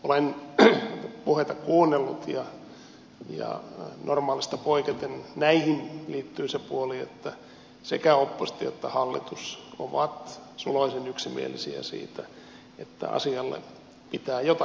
olen puheita kuunnellut ja normaalista poiketen näihin liittyy se puoli että sekä oppositio että hallitus ovat suloisen yksimielisiä siitä että asialle pitää jotakin tehdä